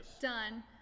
done